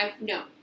No